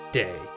day